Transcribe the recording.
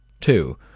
Two